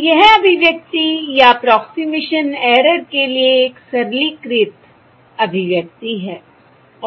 तो यह अभिव्यक्ति या अप्रोक्सिमेशन ऐरर के लिए एक सरलीकृत अभिव्यक्ति है